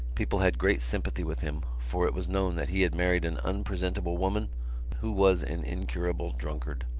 people had great sympathy with him, for it was known that he had married an unpresentable woman who was an incurable drunkard.